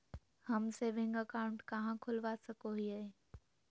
हम saving account कहाँ खोलवा सको हियै?